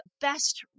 best